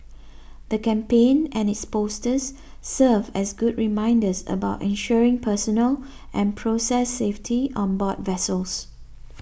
the campaign and its posters serve as good reminders about ensuring personal and process safety on board vessels